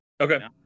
okay